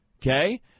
Okay